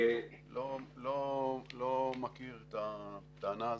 אני לא מכיר את הטענה הזאת.